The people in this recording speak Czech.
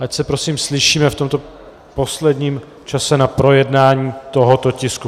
Ať se prosím slyšíme v tomto posledním čase na projednání tohoto tisku.